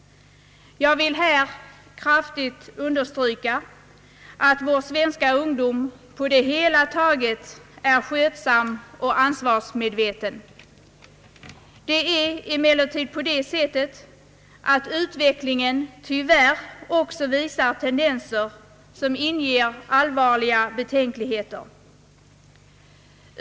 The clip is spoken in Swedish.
Jag vill här kraftigt understryka att vår svenska ungdom på det hela taget är skötsam och ansvarsmedveten. Emellertid visar utvecklingen tyvärr också tendenser som inger allvarliga betänkligheter.